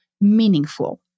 meaningful